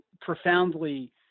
profoundly